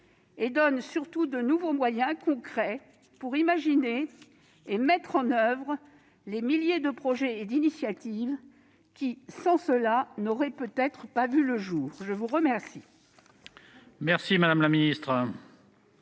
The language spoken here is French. et donnent de nouveaux moyens concrets pour imaginer et pour mettre en oeuvre les milliers de projets et d'initiatives qui, sans cela, n'auraient peut-être pas vu le jour. La parole